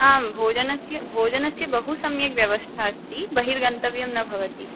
आं भोजनस्य भोजनस्य बहु सम्यक् व्यवस्था अस्ति बहिर्गन्तव्यं न भवति